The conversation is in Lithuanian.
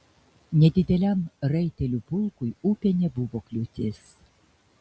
nedideliam raitelių pulkui upė nebuvo kliūtis